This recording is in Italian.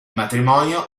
matrimonio